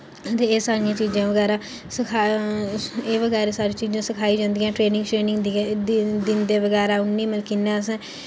ते एह् सारियां चीजां बगैरा सखाया एह् बगैरा सारी चीजां सखाई जांदियां ट्रेनिंग श्रेनिंग दी दिंदे बगैरा उ'नें मतलब कि कि'यां असें